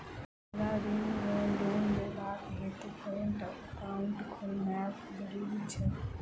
हमरा ऋण वा लोन लेबाक हेतु करेन्ट एकाउंट खोलेनैय जरूरी छै?